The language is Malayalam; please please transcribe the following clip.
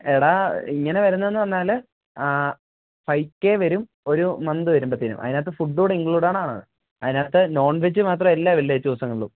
എടാ ഇങ്ങനെ വരുന്നതെന്നു പറഞ്ഞാൽ ഫൈവ് കെ വരും ഒരു മന്ത് വരുമ്പത്തേന് അതിനകത്ത് ഫുഡ് കൂടി ഇൻക്ലൂഡഡ് ആണ് അതിനകത്ത് നോൺവെജ് മാത്രം എല്ലാ വെള്ളിയാഴ്ച ദിവസങ്ങളിലും